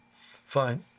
fine